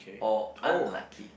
or unlucky